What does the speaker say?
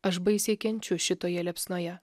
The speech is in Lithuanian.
aš baisiai kenčiu šitoje liepsnoje